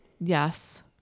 Yes